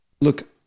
look